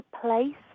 place